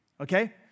okay